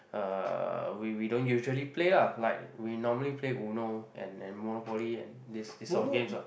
uh we we don't usually play lah like we normally play Uno and and Monopoly and these these old games lah